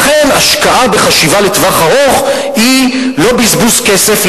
לכן השקעה בחשיבה לטווח ארוך היא לא בזבוז כסף,